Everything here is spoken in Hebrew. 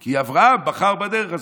כי אברהם בחר בדרך הזאת,